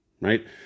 right